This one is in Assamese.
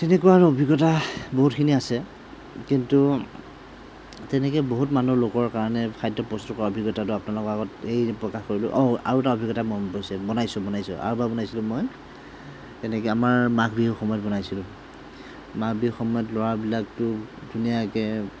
তেনেকুৱা আৰু অভিজ্ঞতা বহুতখিনি আছে কিন্তু তেনেকৈ বহুত মানুহ লোকৰ কাৰণে খাদ্য প্ৰস্তুত কৰাৰ অভিজ্ঞতাটো আপোনালোকৰ আগত এই প্ৰকাশ কৰিলোঁ অঁ আৰু এটা অভিজ্ঞতা মনত পৰিছে বনাইছোঁ বনাইছোঁ আৰু এবাৰ বনাইছিলোঁ মই তেনেকৈ আমাৰ মাঘ বিহুৰ সময়ত বনাইছিলোঁ মাঘ বিহুৰ সময়ত ল'ৰাবিলাকটো ধুনীয়াকৈ